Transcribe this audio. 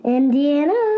Indiana